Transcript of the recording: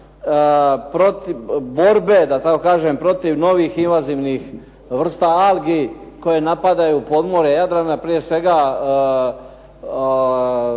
politika borbe, da tako kažem protiv novih invazivnih vrsta algi koje napadaju podmorje Jadrana, prije svega